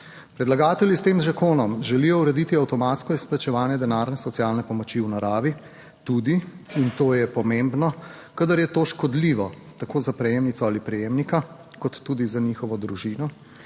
Predlagatelji s tem zakonom želijo urediti avtomatsko izplačevanje denarne socialne pomoči v naravi, tudi, in to je pomembno, kadar je to škodljivo tako za prejemnico ali prejemnika kot tudi za njihovo družino,